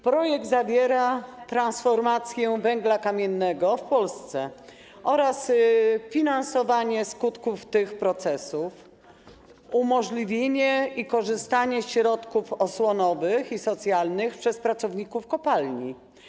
Projekt dotyczy transformacji górnictwa węgla kamiennego w Polsce oraz finansowania skutków tych procesów, umożliwienia korzystania ze środków osłonowych i socjalnych przez pracowników kopalń.